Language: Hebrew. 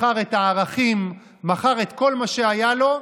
מכר את הערכים, מכר את כל מה שהיה לו,